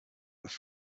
their